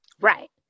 Right